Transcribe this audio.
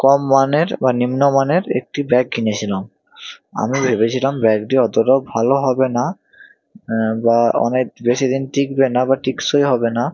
কম মানের বা নিম্ন মানের একটি ব্যাগ কিনেছিলাম আমি ভেবেছিলাম ব্যাগটি অতোটাও ভালো হবে না হ্যাঁ বা অনেক বেশি দিন টিকবে না বা টিকসই হবে না